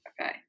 Okay